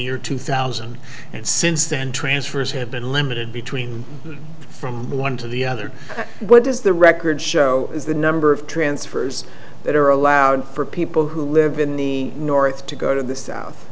year two thousand and since then transfers have been limited between from one to the other what does the record show is the number of transfers that are allowed for people who live in the north to go to the south